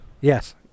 Yes